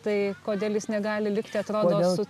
tai kodėl jis negali likti atrodo su